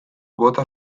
bota